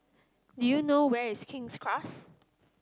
do you know where is King's Close